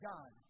God